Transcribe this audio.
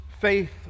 faith